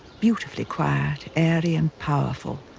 beautifully quiet, airy and powerful.